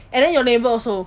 and then your neighbour also